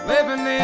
Living